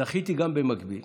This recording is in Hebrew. זכיתי גם, במקביל